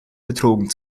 betrogen